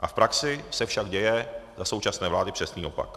V praxi se však děje za současné vlády přesný opak.